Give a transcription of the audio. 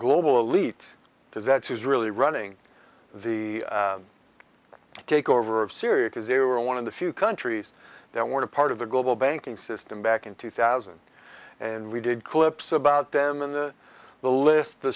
global elite does that's who's really running the takeover of syria because they were one of the few countries that were part of the global banking system back in two thousand and we did clips about them and the list the